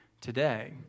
today